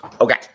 Okay